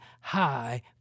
high